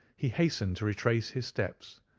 he hastened to retrace his steps,